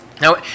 Now